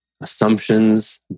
Assumptions